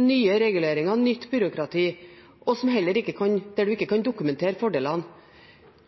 nye reguleringer, nytt byråkrati, og man heller ikke kan dokumentere fordelene,